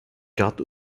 cartes